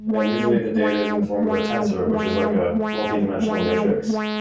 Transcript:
and unusually, the data is in the form of a tensor, which is like a multidimensional matrix.